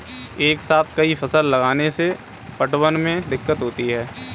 एक साथ कई फसल लगाने से पटवन में दिक्कत होती है